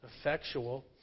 effectual